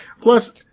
Plus